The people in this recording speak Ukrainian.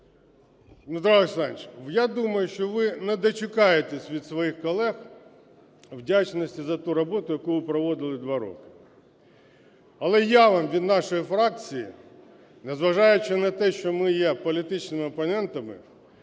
Дмитро Олександрович, я думаю, що ви не дочекаєтесь від своїх колег вдячності за ту роботу, яку ви проводили два роки. Але я вам від нашої фракції, незважаючи на те, що ми є політичними опонентами,